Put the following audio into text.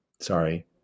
Sorry